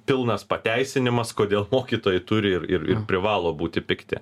pilnas pateisinimas kodėl mokytojai turi ir ir ir privalo būti pikti